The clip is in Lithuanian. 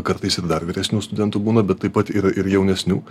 kartais ir dar vyresnių studentų būna bet taip pat ir ir jaunesnių